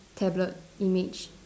tablet image